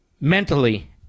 mentally